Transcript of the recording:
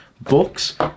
books